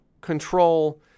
control